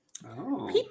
People